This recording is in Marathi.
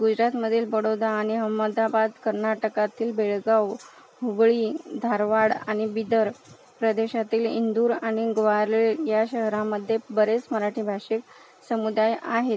गुजरातमधील बडोदा आणि अहमदाबाद कर्नाटकातील बेळगाव हुबळी धारवाड आणि बिदर प्रदेशातील इंदूर आणि ग्वाल्हेर या शहरांमध्ये बरेच मराठी भाषिक समुदाय आहेत